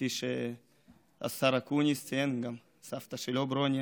כפי שהשר אקוניס ציין, גם סבתא שלו שמה ברוניה,